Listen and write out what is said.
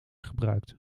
gebruikt